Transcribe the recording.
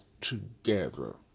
together